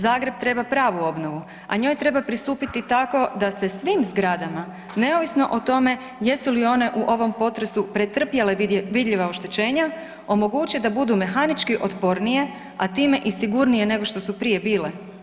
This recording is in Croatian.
Zagreb treba pravu obnovu a njoj treba pristupiti tako da se svim zgrada neovisno o tome jesu li one u ovom potresu pretrpjele vidljiva oštećenja, omoguće da budu mehanički otpornije a time i sigurnije nego što su prije bile.